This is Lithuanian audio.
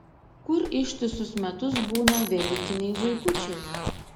kur ištisus metus būna velykiniai zuikučiai